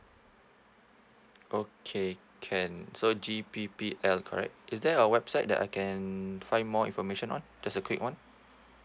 okay can so g p p l correct is there a website that I can find more information on just a quick one